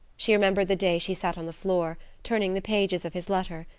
she remembered the day she sat on the floor, turning the pages of his letter,